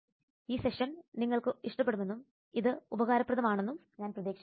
ഈ സെഷൻ നിങ്ങൾക്ക് ഇഷ്ടപ്പെടുമെന്നും ഇത് ഉപകാരപ്രദമാണെന്നും ഞാൻ പ്രതീക്ഷിക്കുന്നു